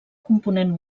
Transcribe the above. component